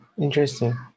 interesting